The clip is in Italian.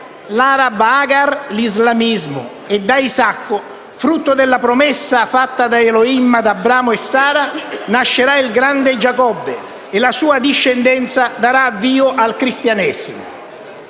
l'araba Agar, l'Islamismo e da Isacco, frutto della promessa fatta da Elohim ad Abramo e Sara, nascerà il grande Giacobbe e la sua discendenza darà avvio al Cristianesimo.